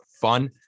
fun